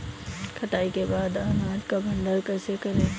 कटाई के बाद अनाज का भंडारण कैसे करें?